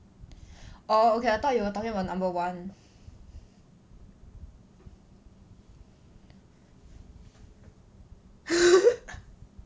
orh okay I thought you were talking about number one